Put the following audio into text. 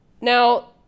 now